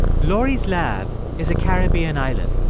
laurie's lab is a caribbean island,